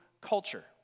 culture